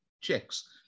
checks